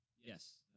Yes